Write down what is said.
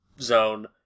zone